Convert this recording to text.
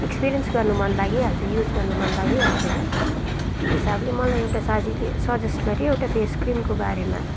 experience गर्नु मन लागिहाल्छ युज गर्नु मन लागिहाल्छ कि त्यही हिसाबले मलाई एउटा साथीले सजेस्ट गर्यो एउटा फेस क्रिमको बारेमा